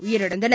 உயிரிழந்தனர்